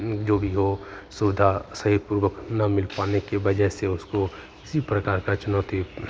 जो भी हो सुविधा सही पूर्वक न मिल पाने के वजह से उसको किसी प्रकार का चुनौती